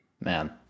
man